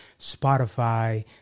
Spotify